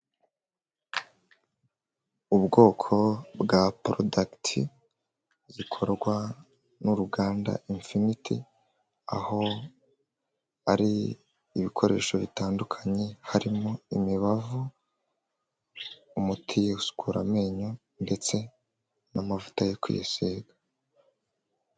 ubwoko bwa product zikorwa n'uruganda infinit aho ari ibikoresho bitandukanye harimo imibavu, umuti usukura amenyo ndetse n'amavuta yo kwisiga.